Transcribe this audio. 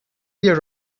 year